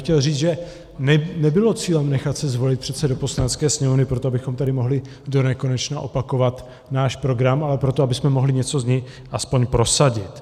Chtěl bych říci, že nebylo cílem nechat se zvolit předsedou Poslanecké sněmovny proto, abychom tady mohli donekonečna opakovat svůj program, ale proto, abychom mohli něco z něj aspoň prosadit.